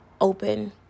open